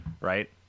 right